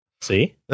see